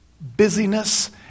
busyness